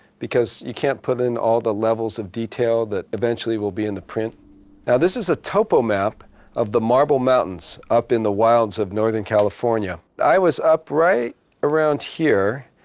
because you can't put in all the levels of detail that eventually will be in the print. now this is a topo map of the marble mountains up in the wilds of northern california. i was up right around here,